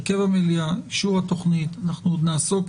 הרכב המליאה, אישור התוכנית נעסוק